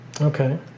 Okay